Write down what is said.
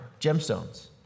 gemstones